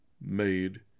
made